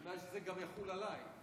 בתנאי שזה גם יחול עליי.